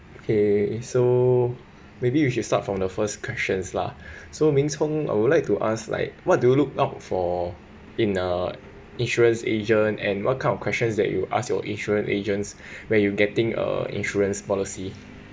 okay so maybe you should start from the first questions lah so ming hong I would like to ask like what do you look out for in a insurance agent and what kind of questions that you ask your insurance agents when you getting a insurance policy